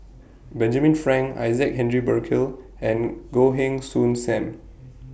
Benjamin Frank Isaac Henry Burkill and Goh Heng Soon SAM